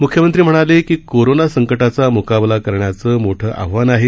मुख्यमंत्री म्हणाले की कोरोना संकटाचा मुकाबला करण्याचं मोठं आव्हान आहे